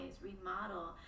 remodel